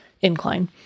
incline